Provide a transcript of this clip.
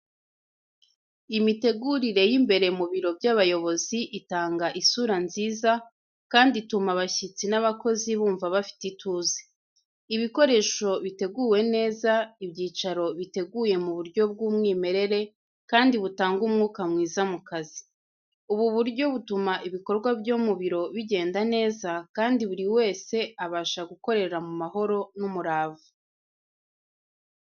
Imitegurire y’imbere mu biro by’abayobozi itanga isura nziza kandi ituma abashyitsi n’abakozi bumva bafite ituze. Ibikoresho biteguwe neza, ibyicaro biteguye mu buryo bw’umwimerere kandi butanga umwuka mwiza mu kazi .Ubu buryo butuma ibikorwa byo mu biro bigenda neza, kandi buri wese abasha gukorera mu mahoro n’umurava.